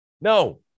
No